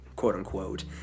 quote-unquote